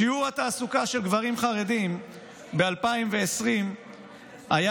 שיעור התעסוקה של גברים חרדים ב-2020 היה